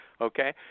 Okay